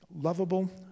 lovable